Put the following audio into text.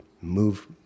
Move